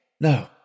No